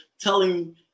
telling